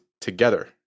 together